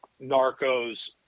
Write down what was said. narcos